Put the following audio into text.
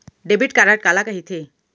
Debit card काला कहिथे?